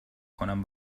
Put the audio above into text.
کنم